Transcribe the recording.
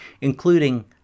including